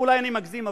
אולי אני מגזים,